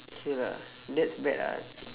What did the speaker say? okay lah that's bad ah